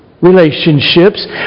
relationships